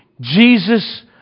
Jesus